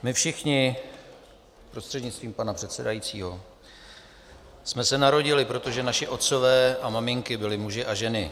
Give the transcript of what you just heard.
My všichni prostřednictvím pana předsedajícího jsme se narodili, protože naši otcové a maminky byli muži a ženy.